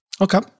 Okay